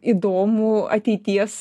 įdomų ateities